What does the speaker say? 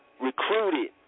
recruited